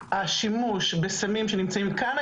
השימוש בסמים הוא כשהם נמצאים כאן,